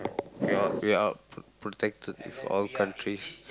we're we're pro~ protected with all countries